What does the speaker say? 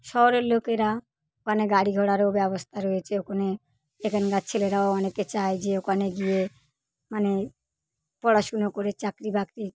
শহরের লোকেরা ওখানে গাড়ি ঘোড়ারও ব্যবস্থা রয়েছে ওখানে এখানকার ছেলেরাও অনেকে চায় যে ওখানে গিয়ে মানে পড়াশুনো করে চাকরি বাকরি